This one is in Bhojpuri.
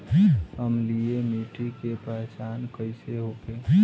अम्लीय मिट्टी के पहचान कइसे होखे?